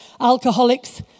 Alcoholics